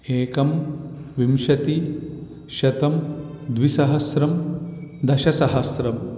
एकं विंशतिः शतं द्विसहस्रं दशसहस्रम्